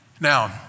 Now